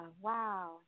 wow